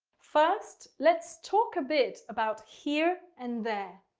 first, let's talk a bit about here and there.